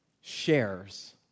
shares